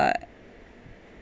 uh